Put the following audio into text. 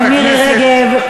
חברת הכנסת מירי רגב,